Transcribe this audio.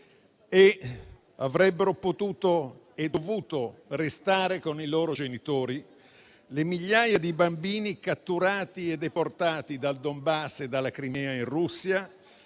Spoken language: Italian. Avrebbero potuto e dovuto restare con i loro genitori le migliaia di bambini catturati e deportati dal Donbass e dalla Crimea in Russia